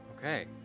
Okay